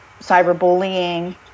cyberbullying